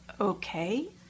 Okay